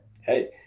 hey